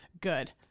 good